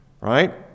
Right